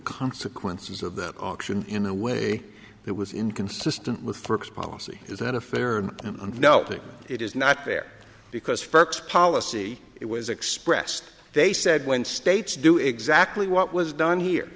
consequences of that auction in a way that was inconsistent with first policy is an affair and no it is not there because folks policy it was expressed they said when states do exactly what was done here